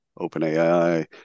OpenAI